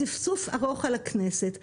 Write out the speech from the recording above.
צפצוף ארוך על הכנסת.